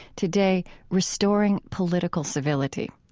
today restoring political civility.